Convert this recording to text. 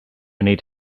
need